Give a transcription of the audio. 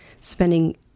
spending